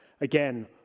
again